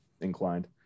inclined